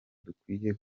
dukwiye